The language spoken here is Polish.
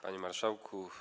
Panie Marszałku!